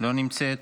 לא נמצאת.